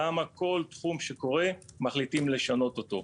למה כל תחום שקורה, מחליטים לשנות אותו?